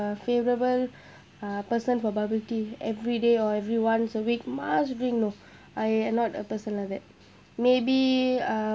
uh favorable uh person for bubble tea everyday or every once a week must drink you know I am not a person like that maybe uh